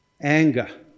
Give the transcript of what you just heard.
anger